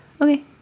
okay